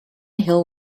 hill